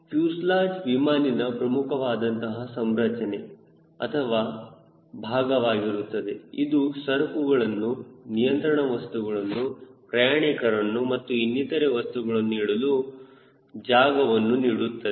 fuselage ವಿಮಾನಿನ ಪ್ರಮುಖವಾದಂತಹ ಸಂರಚನೆ ಅಥವಾ ಭಾಗವಾಗಿರುತ್ತದೆ ಇದು ಸರಕುಗಳನ್ನು ನಿಯಂತ್ರಣ ವಸ್ತುಗಳನ್ನು ಪ್ರಯಾಣಿಕರನ್ನು ಹಾಗೂ ಇನ್ನಿತರೆ ವಸ್ತುಗಳನ್ನು ಇಡಲು ಜಾಗವನ್ನು ನೀಡುತ್ತದೆ